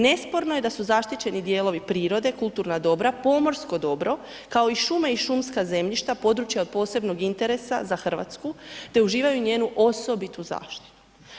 Nesporno je da su zaštićeni dijelovi prirode kulturna dobra, pomorsko dobro kao i šume i šumska zemljišta područja od posebnog interesa za Hrvatsku te uživaju njenu osobitu zaštitu.